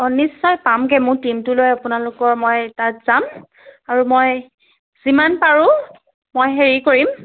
অঁ নিশ্চয় পামগৈ মোৰ টীমটো লৈ আপোনালোকৰ মই তাত যাম আৰু মই যিমান পাৰো মই হেৰি কৰিম